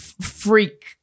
freak